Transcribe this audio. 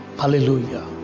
hallelujah